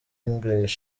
eng